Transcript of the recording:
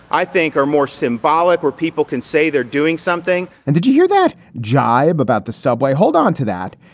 i think are more symbolic where people can say they're doing something and did you hear that jibe about the subway? hold on to that.